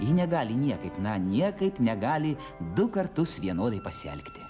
ji negali niekaip na niekaip negali du kartus vienodai pasielgti